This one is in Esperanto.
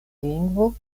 lingvo